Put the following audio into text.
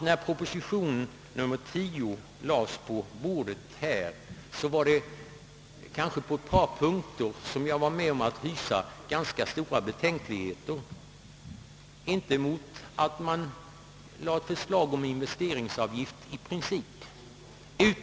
När propositionen nr 10 lades på kammarens bord hyste jag ganska stora betänkligheter på ett par punkter. Detta gällde inte förslaget om investeringsavgift i princip.